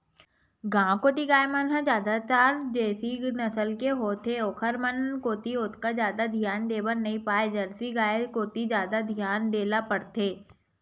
गांव कोती गाय मन ह जादातर देसी नसल के होथे ओखर मन कोती ओतका जादा धियान देय बर नइ परय जरसी गाय कोती जादा धियान देय ल परथे